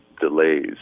delays